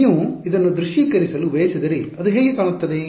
ನೀವು ಇದನ್ನು ದೃಶ್ಯೀಕರಿಸಲು ಬಯಸಿದರೆ ಅದು ಹೇಗೆ ಕಾಣುತ್ತದೆ